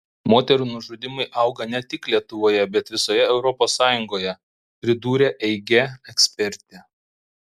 moterų nužudymai auga net tik lietuvoje bet visoje europos sąjungoje pridūrė eige ekspertė